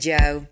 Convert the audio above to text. Joe